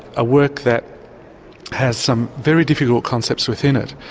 a work that has some very difficult concepts within it,